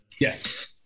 Yes